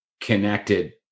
connected